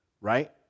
right